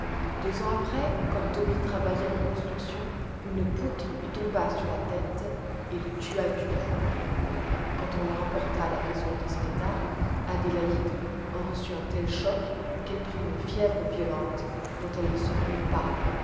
deux ans après comme tobie travaillait à une construction une poutre lui tomba sur la tête et le tua du coup quand on le rapporta à la maison dans cet état adélaïde en reçut un tel choc qu'elle prit une fièvre violente dont elle ne se remit pas